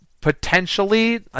potentially